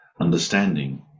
understanding